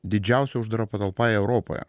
didžiausia uždara patalpa europoje